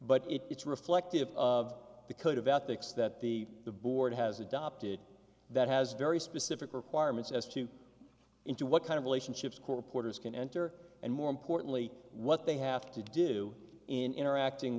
but it's reflective of the code of ethics that the the board has adopted that has very specific requirements as to into what kind of relationships core porters can enter and more importantly what they have to do in interacting